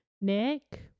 Nick